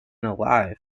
alive